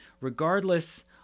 Regardless